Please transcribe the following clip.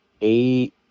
eight